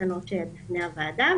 בתקנות שלפני הוועדה,